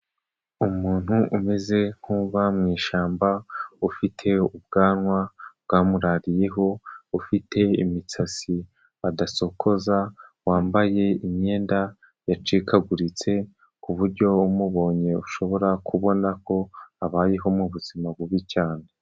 Umuntu umeze nk'uba mu ishyamba, ufite ubwanwa bwamurariyeho, ufite imisatsi adasokoza, wambaye imyenda yacikaguritse ku buryo umubonye ushobora kubona ko abayeho mu buzima bubi cyane.